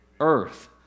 earth